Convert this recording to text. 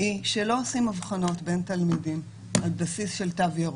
היא שלא עושים הבחנות בין תלמידים על בסיס של תו ירוק.